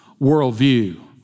worldview